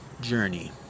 journey